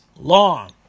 long